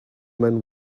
man